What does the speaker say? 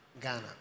Ghana